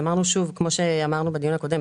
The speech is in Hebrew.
כמו שאמרנו בדיון הקודם,